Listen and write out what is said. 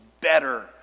better